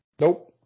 Nope